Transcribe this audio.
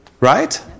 Right